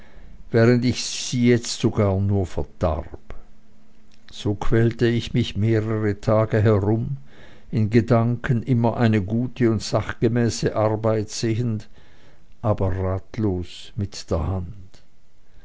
während ich sie jetzt sogar nur verdarb so quälte ich mich mehrere tage herum in gedanken immer eine gute und sachgemäße arbeit sehend aber ratlos mit der hand